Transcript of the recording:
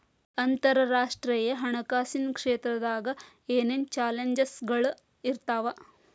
ಅಂತರರಾಷ್ಟ್ರೇಯ ಹಣಕಾಸಿನ್ ಕ್ಷೇತ್ರದಾಗ ಏನೇನ್ ಚಾಲೆಂಜಸ್ಗಳ ಇರ್ತಾವ